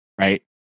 right